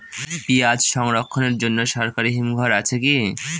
পিয়াজ সংরক্ষণের জন্য সরকারি হিমঘর আছে কি?